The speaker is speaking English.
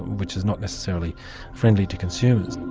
which is not necessarily friendly to consumers.